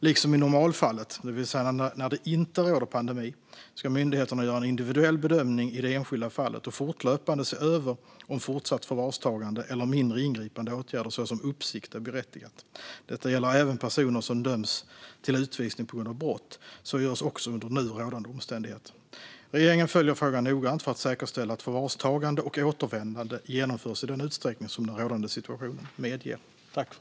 Liksom i normalfallet, det vill säga när det inte råder pandemi, ska myndigheterna göra en individuell bedömning i det enskilda fallet och fortlöpande se över om fortsatt förvarstagande eller mindre ingripande åtgärder såsom uppsikt är berättigat. Detta gäller även personer som döms till utvisning på grund av brott. Så görs också under nu rådande omständigheter. Regeringen följer frågan noggrant för att säkerställa att förvarstagande och återvändande genomförs i den utsträckning som den rådande situationen medger.